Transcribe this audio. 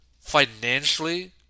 financially